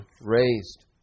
raised